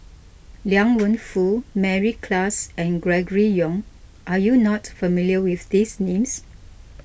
Liang Wenfu Mary Klass and Gregory Yong are you not familiar with these names